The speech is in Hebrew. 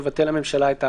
תבטל הממשלה את ההכרזה.